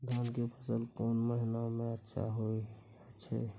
धान के फसल कोन महिना में अच्छा होय छै?